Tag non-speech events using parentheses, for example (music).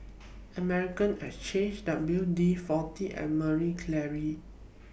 Armani (unintelligible) Exchange W D forty and Marie Claire